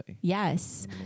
Yes